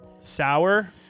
Sour